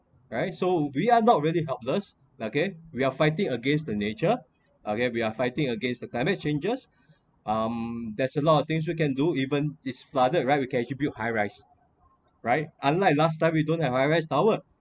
right so we are not really helpless okay we are fighting against the nature okay we are fighting against the climate changes um there's a lot of things you can do even it’s flooded right you can actually build high rise right unlike last time we don't have high rise tower